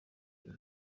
iyo